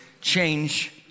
change